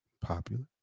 Popular